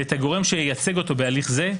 ואת הגורם שייצג אותו בהליך זה,